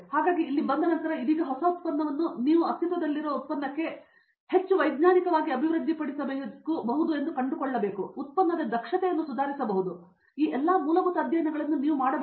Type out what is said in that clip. ಹಾಗಾಗಿ ಇಲ್ಲಿ ಬಂದ ನಂತರ ಇದೀಗ ಹೊಸ ಉತ್ಪನ್ನವನ್ನು ನೀವು ಅಸ್ತಿತ್ವದಲ್ಲಿರುವ ಉತ್ಪನ್ನಕ್ಕೆ ಹೆಚ್ಚು ವೈಜ್ಞಾನಿಕವಾಗಿ ಅಭಿವೃದ್ಧಿಪಡಿಸಬಹುದು ಎಂದು ನೀವು ಕಂಡುಕೊಂಡರೆ ನೀವು ಉತ್ಪನ್ನದ ದಕ್ಷತೆಯನ್ನು ಸುಧಾರಿಸಬಹುದು ಮತ್ತು ಈ ಎಲ್ಲಾ ಮೂಲಭೂತ ಅಧ್ಯಯನಗಳನ್ನು ನೀವು ಮಾಡಬಹುದು